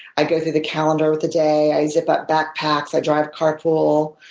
i go through the calendar of the day. i zip up backpacks. i drive carpool.